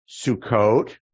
Sukkot